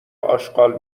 اشغال